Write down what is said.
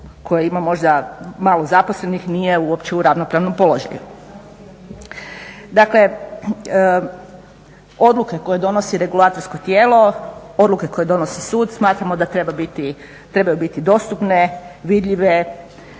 koje ima možda malo zaposlenih nije uopće u ravnopravnom položaju. Dakle, odluke koje donosi regulatorsko tijelo, odluke koje donosi sud, smatramo da trebaju biti dostupne, vidljive,